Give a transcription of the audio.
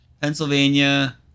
Pennsylvania